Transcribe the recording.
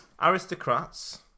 aristocrats